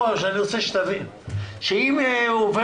אני רוצה שתבין שאם הצעת החוק עוברת